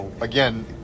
Again